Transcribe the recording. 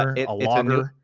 a lager?